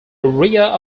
area